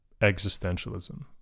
existentialism